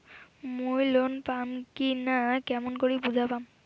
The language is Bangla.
মুই লোন পাম কি না কেমন করি বুঝা পাম?